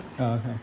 Okay